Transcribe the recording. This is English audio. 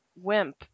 wimp